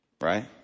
right